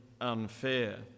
unfair